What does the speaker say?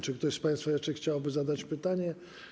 Czy ktoś z państwa jeszcze chciałby zadać pytanie?